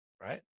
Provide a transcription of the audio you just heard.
Right